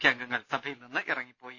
K അംഗങ്ങൾ സഭയിൽ നിന്ന് ഇറങ്ങിപ്പോയി